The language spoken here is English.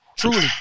Truly